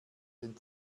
den